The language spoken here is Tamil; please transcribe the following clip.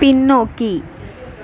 பின்னோக்கி